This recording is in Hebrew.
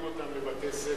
לא מקבלים אותם לבתי-ספר,